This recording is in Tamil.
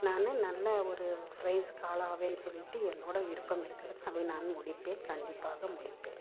நான் நல்ல ஒரு ஃப்ரைஸுக்கு ஆளாவேன்னு சொல்லிட்டு என்னோட விருப்பம் இருக்கிறது அதை நான் முடிப்பேன் கண்டிப்பாக முடிப்பேன்